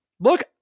Look